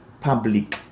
public